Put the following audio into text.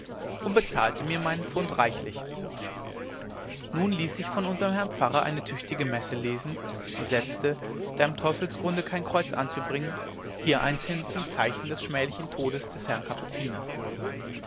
und bezahlte mir meinen fund reichlich nun ließ ich von unserm herrn pfarrer eine tüchtige messe lesen und setzte da im teufelsgrunde kein kreuz anzubringen hier eins hin zum zeichen des schmählichen todes des herrn kapuziners